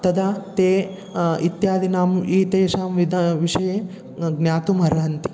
तदा ते इत्यादीनाम् इत्येषां विदा विषये ज्ञातुमर्हन्ति